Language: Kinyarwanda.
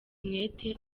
umwete